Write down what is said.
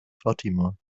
fatima